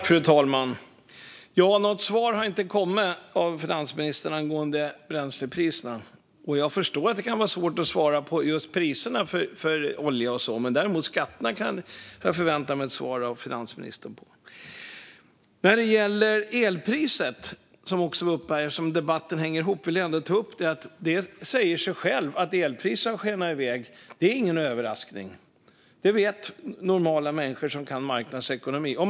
Fru talman! Det kom inget svar om bränslepriserna från finansministern. Jag förstår att det kan vara svårt att svara på just priserna för olja, men när det gäller skatterna förväntade jag mig ett svar. Elpriset var också uppe i debatten. Att elpriserna skenar är ingen överraskning; det förstår alla normala människor som kan marknadsekonomi.